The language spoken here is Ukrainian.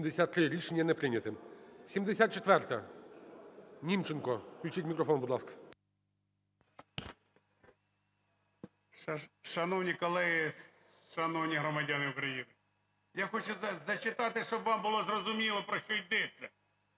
Шановні колеги, шановні громадяни України, я хочу зачитати, щоб вам було зрозуміло про що йдеться.